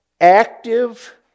active